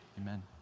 amen